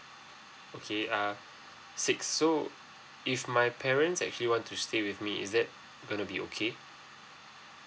okay uh six so if my parents actually want to stay with me is that gonna be okay